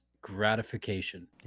gratification